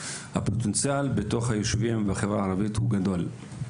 הפוטנציאל בתוך היישובים בחברה הערבית הוא גדול.